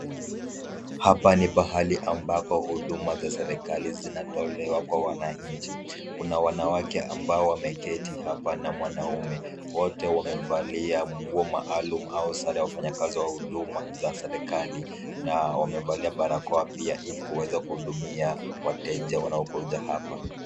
Hapa ni pahali ambapo huduma za serikali zinatolewa kwa wananchi. Kuna wanawake ambao wameketi hapa na mwanaume, wote wamevalia nguo maalum au sare za wafanyakazi wa huduma za serikali na wamevalia barakoa pia ili kuweza kuhudumia wateja wanaokuja hapa.